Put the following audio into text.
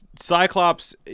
Cyclops